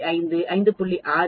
5 5